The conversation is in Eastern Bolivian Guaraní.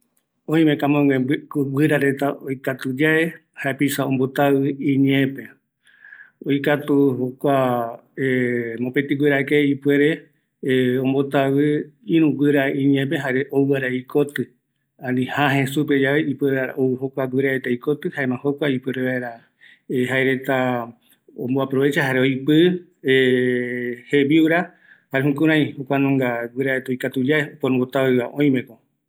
Oime guirareta oikatu yae japisa ombotavɨ ïñeepe, guirake oikatu ombotavɨ iñeepe ou vaera ikotɨ, jare jäjë supe yave ouvaera ikotɨ, jukurai jae oipɨ vaera iyeɨpe, jare okaru vaera